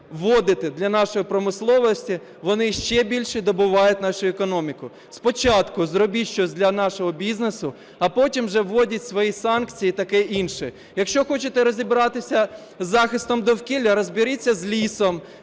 вводити для нашої промисловості, вони ще більше добивають нашу економіку. Спочатку зробіть щось для нашого бізнесу, а потім вже вводьте свої санкції і таке інше. Якщо хочете розібратися із захистом довкілля, розберіться з лісом,